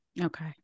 okay